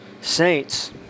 saints